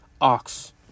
Ox